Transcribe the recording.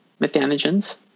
methanogens